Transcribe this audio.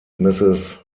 mrs